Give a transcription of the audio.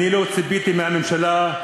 אני לא ציפיתי מהממשלה,